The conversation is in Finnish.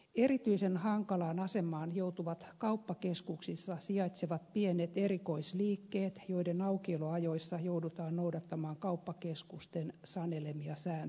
erityisen hankalaan asemaan joutuvat kauppakeskuksissa sijaitsevat pienet erikoisliikkeet joiden aukioloajoissa joudutaan noudattamaan kauppakeskusten sanelemia sääntöjä